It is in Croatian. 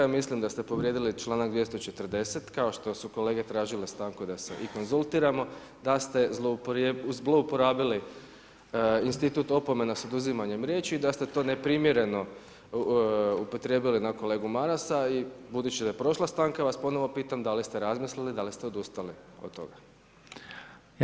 Ja mislim da ste povrijedili članak 240., kao što su kolege tražile stanku da se i konzultiramo, da ste zlouporabili institut opomene sa oduzimanjem riječi i da ste to neprimjereno upotrijebili na kolegu Marasa i budući da je prošla stanka vas ponovo pitam da li ste razmislili, da li ste odustali od toga?